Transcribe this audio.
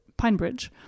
Pinebridge